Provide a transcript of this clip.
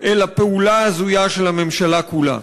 אלא פעולה הזויה של הממשלה כולה.